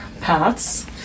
paths